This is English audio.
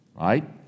right